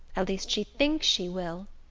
at least she thinks she will!